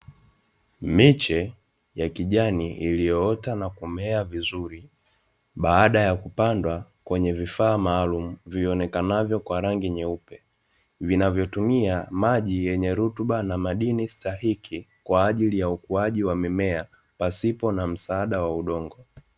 Miche ya kijani iliyoota na kumea vizuri baada ya kupandwa kwenye vifaa maalumu, vionekanavyo kwa rangi nyeupe vinavyotumia maji yenye rutuba na madini stahiki, kwaajili ya ukuaji wa mimea pasipo na msaada wa udongo